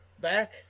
back